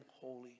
holy